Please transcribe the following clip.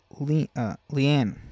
Leanne